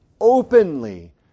openly